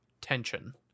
Tension